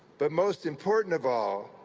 but most important of all,